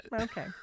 Okay